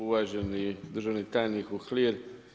Uvaženi državni tajnik Uhlir.